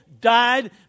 died